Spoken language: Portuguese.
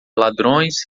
ladrões